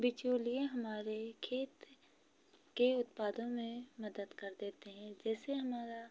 बिचौलिये हमारे खेत के उत्पादन में मदद कर देते हैं जैसे हमारा